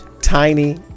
tiny